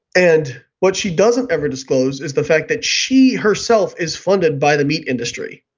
and what she doesn't ever disclose is the fact that she herself is funded by the meat industry,